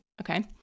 okay